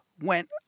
went